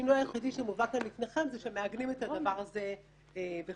-- השינוי היחידי שמובא כאן לפניכם זה שמעגנים את הדבר הזה בחוק.